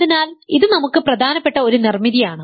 അതിനാൽ ഇത് നമുക്ക് പ്രധാനപ്പെട്ട ഒരു നിർമ്മിതിയാണ്